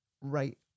right